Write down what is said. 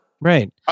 Right